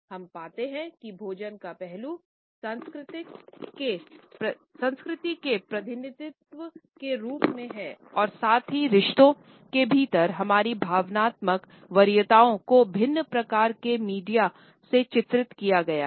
हम पाते हैं कि भोजन का पहलू संस्कृति के प्रतिनिधित्व के रूप में है और साथ ही रिश्तों के भीतर हमारी भावनात्मक वरीयताओं को विभिन्न प्रकार के मीडिया में चित्रित किया गया है